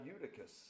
Eutychus